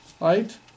right